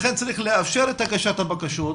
לכן צריך לאפשר את בקשת הבקשות,